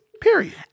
period